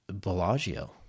Bellagio